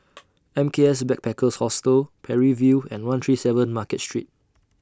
M K S Backpackers Hostel Parry View and one three seven Market Street